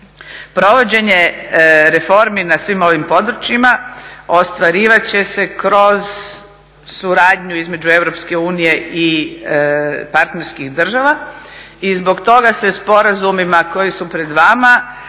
Provođenje reformi na svim ovim područjima ostvarivat će se kroz suradnju između EU i partnerskih država. I zbog toga se sporazumima koji su pred vama